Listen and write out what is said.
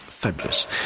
Fabulous